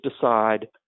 decide